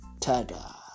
Tada